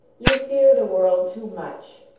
you fear the world too much,